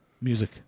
Music